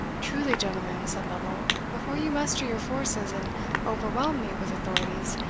truly, gentlemen, said lovel, before you muster your forces and overwhelm me with authorities,